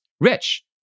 rich